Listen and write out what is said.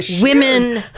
women